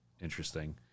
interesting